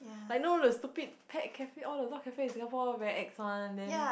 like know the stupid pet cafe all the dog cafe in Singapore all very ex one then